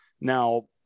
Now